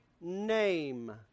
name